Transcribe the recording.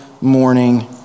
morning